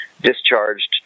discharged